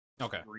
Okay